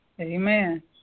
Amen